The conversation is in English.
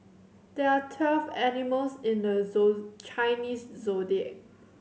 there are twelve animals in the zoo Chinese Zodiac